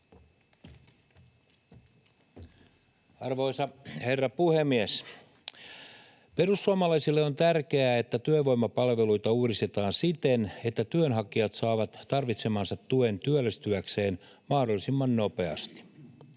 Arvoisa herra puhemies! Perussuomalaisille on tärkeää, että työvoimapalveluita uudistetaan siten, että työnhakijat saavat tarvitsemansa tuen työllistyäkseen mahdollisimman nopeasti.